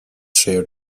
share